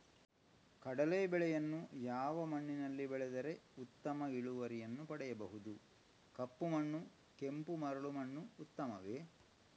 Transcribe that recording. ಕಡಲೇ ಬೆಳೆಯನ್ನು ಯಾವ ಮಣ್ಣಿನಲ್ಲಿ ಬೆಳೆದರೆ ಉತ್ತಮ ಇಳುವರಿಯನ್ನು ಪಡೆಯಬಹುದು? ಕಪ್ಪು ಮಣ್ಣು ಕೆಂಪು ಮರಳು ಮಣ್ಣು ಉತ್ತಮವೇ?